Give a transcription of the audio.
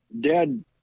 Dad